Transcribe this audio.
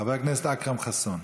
חבר הכנסת אכרם חסון.